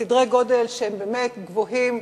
סדרי גודל שהם באמת גבוהים.